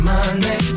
Monday